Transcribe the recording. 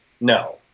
no